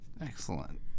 Excellent